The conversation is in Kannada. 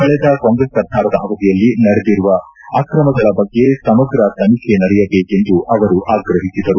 ಕಳೆದ ಕಾಂಗ್ರೆಸ್ ಸರ್ಕಾರದ ಅವಧಿಯಲ್ಲಿ ನಡೆದಿರುವ ಅಕ್ರಮಗಳ ಬಗ್ಗೆ ಸಮಗ್ರ ತನಿಖೆ ನಡೆಯಬೇಕೆಂದು ಅವರು ಆಗ್ರಹಿಸಿದರು